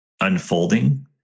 unfolding